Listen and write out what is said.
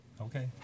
Okay